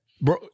Bro